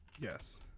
Yes